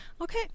Okay